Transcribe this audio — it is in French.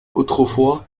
autrefois